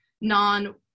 non